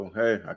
hey